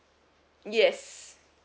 yes